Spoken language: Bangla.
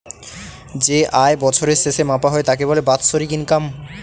যে আয় বছরের শেষে মাপা হয় তাকে বলে বাৎসরিক ইনকাম